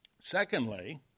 Secondly